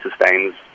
sustains